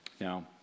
Now